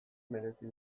merezi